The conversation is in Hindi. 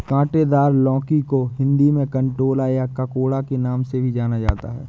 काँटेदार लौकी को हिंदी में कंटोला या ककोड़ा के नाम से भी जाना जाता है